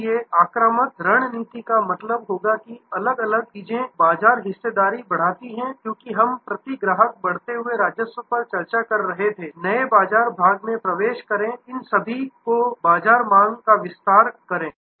इसलिए आक्रामक रणनीति का मतलब होगा कि यह अलग अलग चीजें बाजार हिस्सेदारी बढ़ाती हैं क्योंकि हम प्रति ग्राहक बढ़ते राजस्व पर चर्चा कर रहे थे नए बाजार भाग में प्रवेश करें इन सभी की बाजार में मांग का विस्तार करें